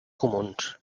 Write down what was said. comunals